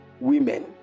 women